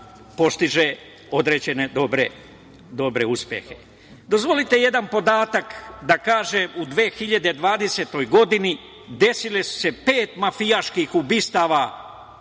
postiže određene dobre uspehe. Dozvolite jedan podatak da kažem. U 2020. godini desile su se pet mafijaških ubistava.